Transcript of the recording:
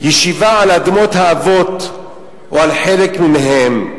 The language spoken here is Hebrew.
ישיבה על אדמות האבות או על חלק מהן,